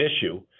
issue